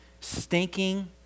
stinking